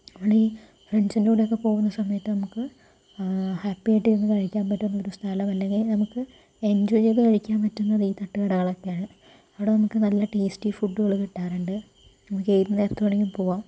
നമ്മളീ ഫ്രണ്ട്സിൻ്റെ കൂടെയൊക്കെ പോകുന്ന സമയത്ത് നമുക്ക് ഹാപ്പി ആയിട്ട് ഇരുന്നു കഴിക്കാൻ പറ്റുന്ന ഒരു സ്ഥലമല്ലെങ്കിൽ നമുക്ക് എൻജോയ് ചെയ്ത് കഴിക്കാൻ പറ്റുന്നത് ഈ തട്ടുകടകളൊക്കെയാണ് അവിടെ നമുക്ക് നല്ല ടേസ്റ്റി ഫുഡുകൾ കിട്ടാറുണ്ട് നമുക്ക് ഏത് നേരത്ത് വേണമെങ്കിലും പോവാം